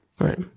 Right